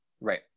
Right